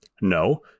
No